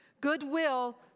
goodwill